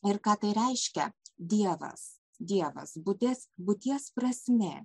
ir ką tai reiškia dievas dievas būties būties prasmė